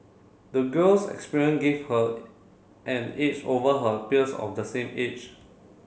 the girl's experience gave her an edge over her peers of the same age